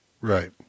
right